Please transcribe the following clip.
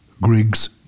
Griggs